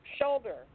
shoulder